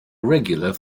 regular